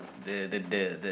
the the the the